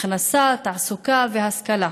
הכנסה, תעסוקה והשכלה.